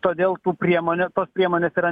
todėl tų priemonių priemonės yra